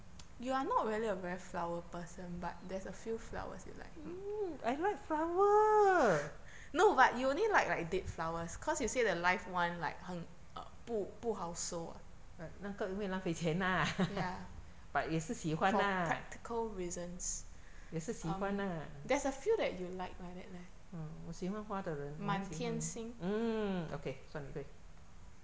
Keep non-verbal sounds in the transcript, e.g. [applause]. mm I like flower 啊那个因为浪费钱啦 [laughs] but 也是喜欢啦也是喜欢啦 mm 我喜欢花的人没问题 mm okay 算你对